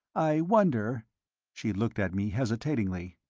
i wonder she looked at me hesitatingly.